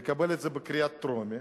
לקבל את זה בקריאה טרומית,